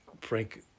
Frank